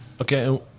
Okay